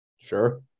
Sure